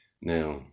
Now